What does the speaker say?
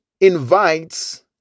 invites